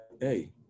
Hey